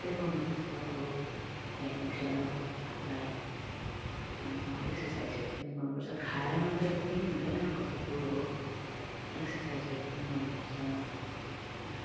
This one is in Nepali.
यस्तै गर्नुपर्छ अब बिहान उठेर आफूलाई एक्ससाइसहरू पनि गर्नुपर्छ खाएर मात्रै पनि हुँदैन कतिको अब एक्ससाइसहरू पनि गर्नुपर्छ